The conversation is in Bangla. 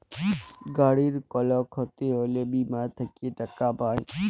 গাড়ির কল ক্ষতি হ্যলে বীমা থেক্যে টাকা পায়